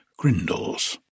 grindles